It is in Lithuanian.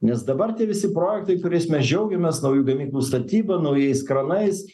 nes dabar tie visi projektai kuriais mes džiaugiamės naujų gamyklų statyba naujais kranais